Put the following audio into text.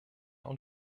und